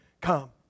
come